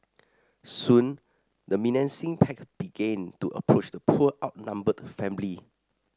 soon the menacing pack began to approach the poor outnumbered family